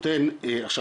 עכשיו,